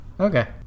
Okay